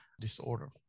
disorder